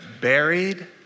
buried